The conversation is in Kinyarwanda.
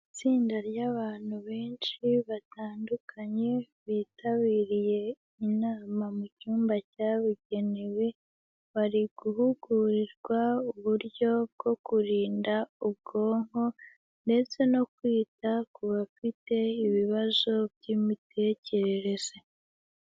Itsinda ry'abantu benshi batandukanye bitabiriye inama mu cyumba cyabugenewe, bari guhugurirwa uburyo bwo kurinda ubwonko ndetse no kwita ku bafite ibibazo by'imitekerereze.